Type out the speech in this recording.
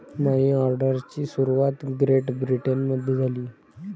मनी ऑर्डरची सुरुवात ग्रेट ब्रिटनमध्ये झाली